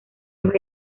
los